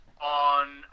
on